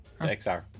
XR